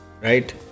right